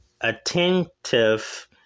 attentive